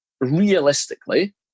realistically